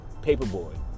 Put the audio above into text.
Paperboy